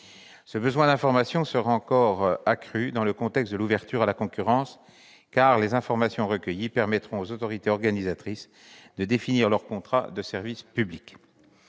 Ce besoin d'informations sera encore accru dans le contexte de l'ouverture à la concurrence, car les informations recueillies permettront aux autorités organisatrices de transport de définir leurs contrats de service public.